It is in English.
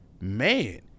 Man